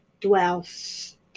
dwells